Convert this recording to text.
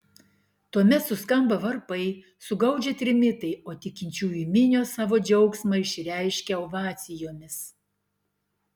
tuomet suskamba varpai sugaudžia trimitai o tikinčiųjų minios savo džiaugsmą išreiškia ovacijomis